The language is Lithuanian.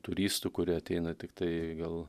turistų kurie ateina tiktai gal